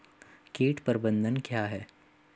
कीट प्रबंधन क्या है?